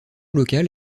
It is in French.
locale